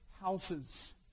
houses